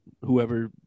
whoever